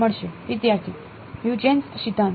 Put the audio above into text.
વિદ્યાર્થી હ્યુજેન્સ સિદ્ધાંત